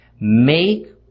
make